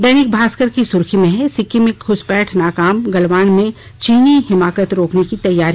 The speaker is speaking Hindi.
दैनिक भास्कर की सुर्खी में है सिक्कम में घुसपैठ नाकाम गलवान में चीनी हिमाकत रोकने की तैयारी